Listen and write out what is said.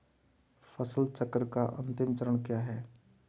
फसल चक्र का अंतिम चरण क्या है?